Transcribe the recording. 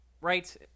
right